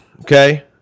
Okay